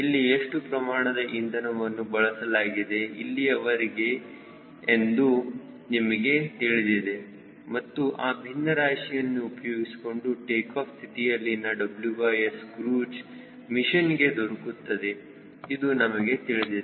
ಇಲ್ಲಿ ಎಷ್ಟು ಪ್ರಮಾಣದ ಇಂಧನವನ್ನು ಬಳಸಲಾಗಿದೆ ಇಲ್ಲಿಯವರೆಗೆ ಎಂದು ನಿಮಗೆ ತಿಳಿದಿದೆ ಮತ್ತು ಆ ಭಿನ್ನರಾಶಿಯನ್ನು ಉಪಯೋಗಿಸಿಕೊಂಡು ಟೇಕಾಫ್ ಸ್ಥಿತಿಯಲ್ಲಿನ WS ಕ್ರೂಜ್ ಮಿಷನ್ ಗೆ ದೊರಕುತ್ತದೆ ಇದು ನಮಗೆ ತಿಳಿದಿದೆ